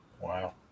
Wow